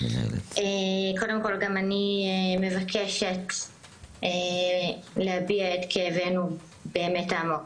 קודם כל גם אני מבקשת להביע את כאבנו העמוק,